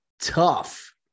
tough